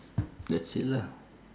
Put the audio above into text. that's it lah